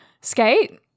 Skate